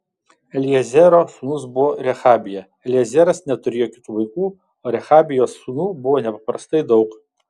eliezero sūnus buvo rehabija eliezeras neturėjo kitų vaikų o rehabijos sūnų buvo nepaprastai daug